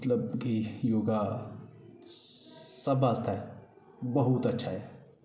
जि'यां कि योगा सब आस्तै बहुत अच्छा ऐ